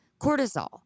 cortisol